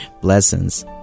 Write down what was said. Blessings